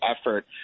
effort